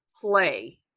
Play